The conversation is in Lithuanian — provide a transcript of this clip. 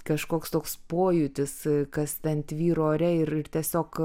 kažkoks toks pojūtis kas ten tvyro ore ir ir tiesiog